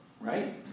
right